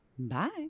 bye